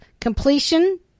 completion